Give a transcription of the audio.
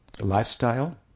lifestyle